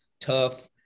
tough